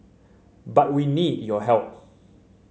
but we need your help